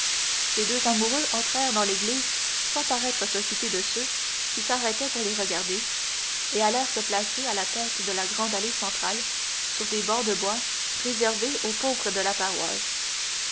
les deux amoureux entrèrent dans l'église sans paraître s'occuper de ceux qui s'arrêtaient pour les regarder et allèrent se placer à la tête de la grande allée centrale sur des bancs de bois réservés aux pauvres de la paroisse